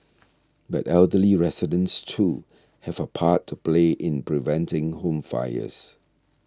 but elderly residents too have a part to play in preventing home fires